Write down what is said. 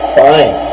fine